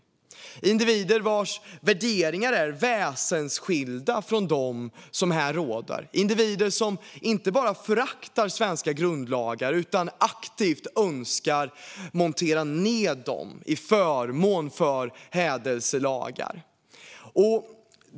Det är individer vars värderingar är väsensskilda från dem som råder här, individer som inte bara föraktar svenska grundlagar utan aktivt önskar montera ned dem till förmån för hädelselagar.